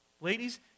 Ladies